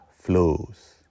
flows